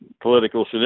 political